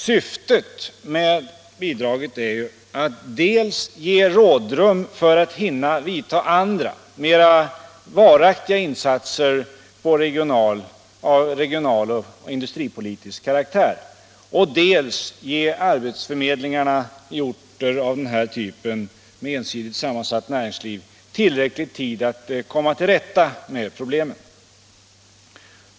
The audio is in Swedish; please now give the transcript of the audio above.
Syftet med bidraget är att dels ge rådrum för att hinna göra andra mera varaktiga insatser av regional och industripolitisk karaktär, dels ge arbetsförmedlingarna i orter med ensidigt sammansatt näringsliv tillräcklig tid att komma till rätta med problemen.